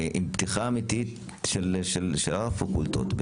עם פתיחה אמיתית של שאר הפקולטות,